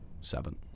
seven